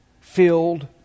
filled